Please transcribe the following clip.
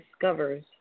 discovers